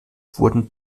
wurden